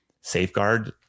safeguard